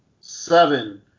seven